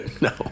No